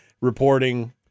reporting